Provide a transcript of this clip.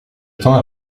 temps